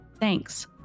Thanks